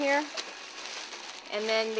here and then